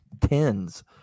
Tens